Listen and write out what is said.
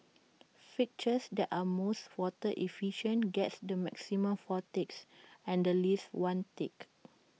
fixtures that are most water efficient get the maximum four ticks and the least one tick